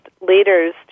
leaders